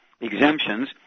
exemptions